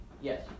Yes